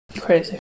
Crazy